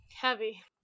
Heavy